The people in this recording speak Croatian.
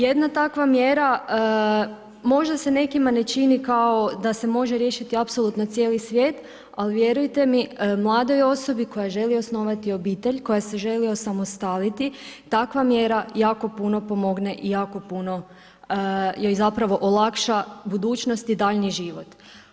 Jedna takva mjera možda se nekima ne čini kao da se može riješiti apsolutno cijeli svijet, ali vjerujte mi, mladoj osobi koja želi osnovati obitelj, koja se želi osamostaliti, takva mjera jako puno pomogne i jako puno joj zapravo olakša budućnost i daljnji život.